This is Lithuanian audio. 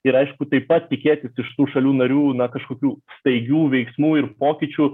ir aišku taip pat tikėtis iš tų šalių narių na kažkokių staigių veiksmų ir pokyčių